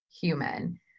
human